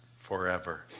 forever